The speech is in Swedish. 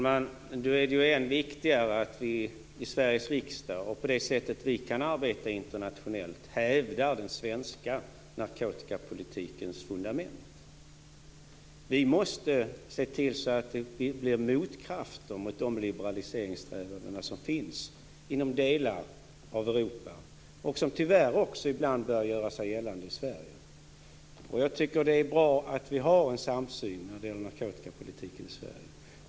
Fru talman! Det är då än viktigare att vi i Sveriges riksdag och på de sätt vi kan arbeta internationellt hävdar den svenska narkotikapolitikens fundament. Vi måste se till att vi blir motkrafter mot de liberaliseringssträvanden som finns inom delar av Europa. De har tyvärr också ibland börjat göra sig gällande i Det är bra att vi har en samsyn när det gäller narkotikapolitiken i Sverige.